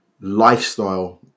lifestyle